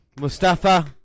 Mustafa